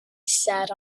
sat